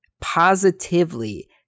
positively